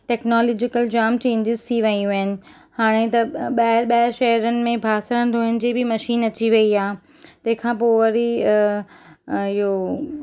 टेक्नॉलिकल जामु चेंज़िस थी वियूं आहिनि हाणे त ॿाहिरि ॿाहिरि शहरनि में बासण धोअण जी बि मशीन अची वई आहे तंहिंखां पो वरी इयो